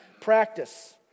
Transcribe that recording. practice